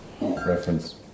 reference